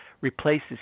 replaces